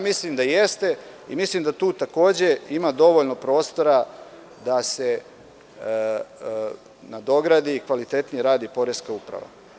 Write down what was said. Mislim da jeste i mislim da tu takođe ima dovoljno prostora da se nadogradi kvalitetniji rad i poreska uprava.